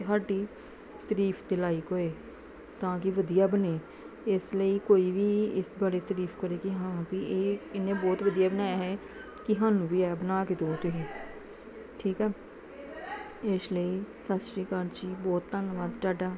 ਸਾਡੀ ਤਰੀਫ ਦੇ ਲਾਈਕ ਹੋਏ ਤਾਂ ਕਿ ਵਧੀਆ ਬਣੇ ਇਸ ਲਈ ਕੋਈ ਵੀ ਇਸ ਬਾਰੇ ਤਾਰੀਫ ਕਰੇ ਕਿ ਹਾਂ ਵੀ ਇਹ ਇਹਨੇ ਬਹੁਤ ਵਧੀਆ ਬਣਾਇਆ ਹੈ ਕਿ ਸਾਨੂੰ ਵੀ ਇਹ ਬਣਾ ਕੇ ਦੋ ਤੁਸੀਂ ਠੀਕ ਆ ਇਸ ਲਈ ਸਤਿ ਸ਼੍ਰੀ ਅਕਾਲ ਜੀ ਬਹੁਤ ਧੰਨਵਾਦ ਤੁਹਾਡਾ